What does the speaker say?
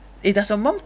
eh does your mum